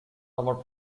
suffered